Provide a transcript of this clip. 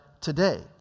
today